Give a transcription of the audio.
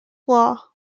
law